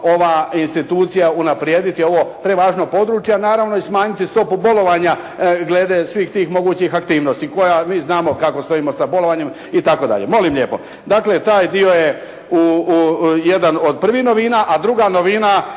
ova institucija unaprijediti ovo prevažno područje a naravno i smanjiti stopu bolovanja glede svih tim mogućih aktivnosti, koja mi znamo kako stojimo sa bolovanjem itd.. Molim lijepo, dakle taj dio je jedan od prvih novina, a druga novina